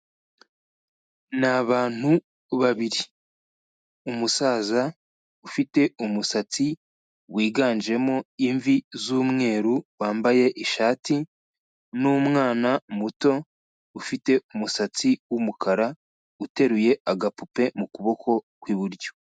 Ni abantu babiri, umusaza ufite umusatsi wiganjemo imvi z'umweru wambaye ishati n'umwana muto ufite umusatsi w'umukara uteruye agapupe mu kuboko kw'iburyo.